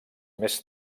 més